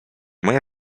moja